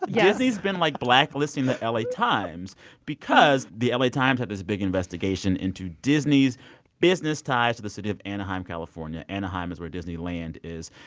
but yeah disney's been, like, blacklisting the la times because the la times had this big investigation into disney's business ties to the city of anaheim, calif. ah and anaheim is where disneyland is.